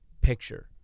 picture